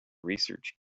research